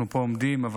אנחנו עומדים פה,